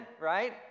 right